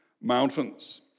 mountains